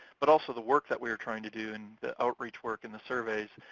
but also the work that we are trying to do in the outreach work in the surveys.